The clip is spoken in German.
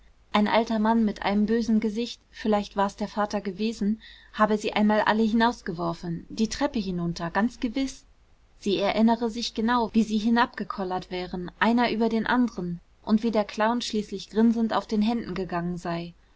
ein alter mann mit einem bösen gesicht vielleicht war's der vater gewesen habe sie einmal alle hinausgeworfen die treppe hinunter ganz gewiß sie erinnere sich genau wie sie hinabgekollert wären einer über den anderen und wie der clown schließlich grinsend auf den händen gegangen sei